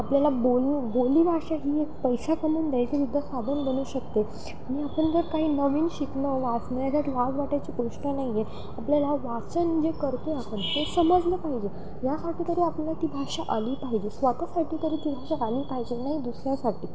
आपल्याला बोलू बोली भाषा ही एक पैसा कमवुन द्यायचीसुद्धा साधन बनू शकते मग आपण जर काही नवीन शिकलो लास मी याच्यात लाज वाटायची गोष्ट नाहीये आपल्याला वाचन जे करतो आपण ते समजलं पाहिजे यासाठी तरी आपल्याला ती भाषा आली पाहिजे स्वतःसाठी तरी ती भाषा आली पाहिजे नाही दुसऱ्यासाठी